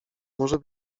może